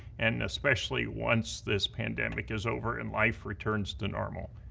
and especially once this pandemic is over and life returns to normal.